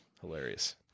hilarious